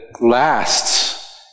lasts